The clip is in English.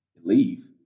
leave